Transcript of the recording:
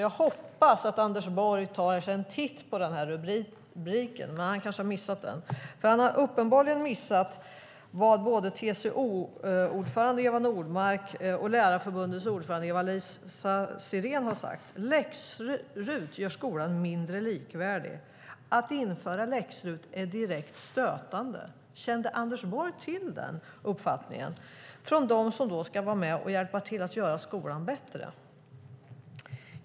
Jag hoppas att Anders Borg tar sig en titt på den här rubriken, man han kanske har missat den. Han har uppenbarligen missat vad både TCO-ordförande Eva Nordmark och Lärarförbundets ordförande Eva-Lis Sirén har sagt. Läx-RUT gör skolan mindre likvärdig. Att införa Läx-RUT är direkt stötande. Känner Anders Borg till den uppfattningen hos dem som ska vara med och hjälpa att göra skolan bättre?